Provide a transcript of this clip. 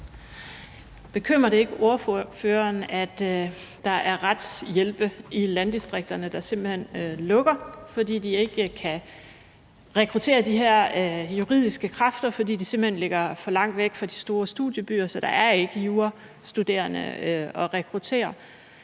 Bekymrer det ikke ordføreren, at der er retshjælpskontorer i landdistrikterne, der simpelt hen lukker, fordi de ikke kan rekruttere de her juridiske kræfter, fordi de simpelt hen ligger for langt væk fra de store studiebyer, så der ikke er jurastuderende at rekruttere?